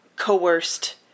coerced